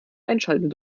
einschalten